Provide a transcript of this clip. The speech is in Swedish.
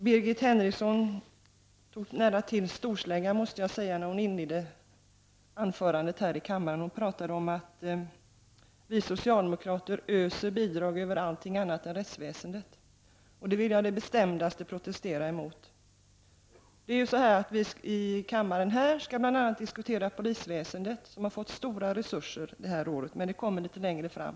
Birgit Henriksson tog nära till storsläggan, måste jag säga, när hon inledde sitt anförande här i kammaren med att säga att vi socialdemokrater öser bidrag över allting annat än rättsväsendet. Det vill jag på det bestämdaste protestera emot. I kammaren här skall man bl.a. diskutera polisväsendet som fått stora resurser detta år, men den diskussionen kommer litet längre fram.